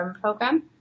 program